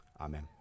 Amen